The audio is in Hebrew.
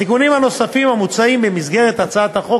התיקונים הנוספים המוצעים במסגרת הצעת החוק